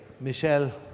Michelle